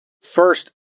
first